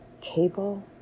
cable